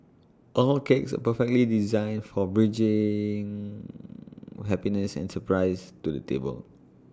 all cakes are perfectly designed for bringing happiness and surprises to the table